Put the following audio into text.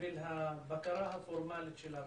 בשביל הבקרה הפורמלית של הוועדה,